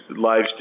lives